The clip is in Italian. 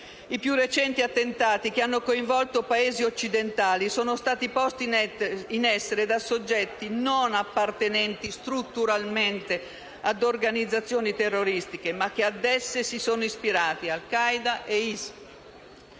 I più recenti attentati che hanno coinvolto Paesi occidentali sono stati posti in essere da soggetti non appartenenti strutturalmente ad organizzazioni terroristiche, ma che ad esse si sono ispirati (Al-Qaeda o IS).